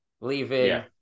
leaving